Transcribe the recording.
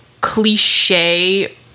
cliche